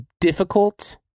difficult